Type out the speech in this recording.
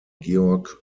georg